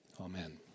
Amen